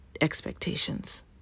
expectations